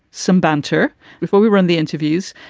some banter before we run the interviews.